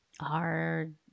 hard